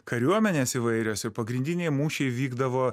kariuomenės įvairios ir pagrindiniai mūšiai vykdavo